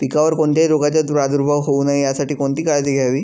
पिकावर कोणत्याही रोगाचा प्रादुर्भाव होऊ नये यासाठी कोणती काळजी घ्यावी?